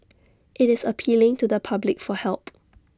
IT is appealing to the public for help